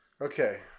Okay